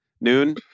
Noon